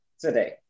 today